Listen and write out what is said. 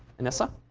inessa?